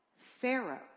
pharaoh